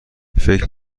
فکر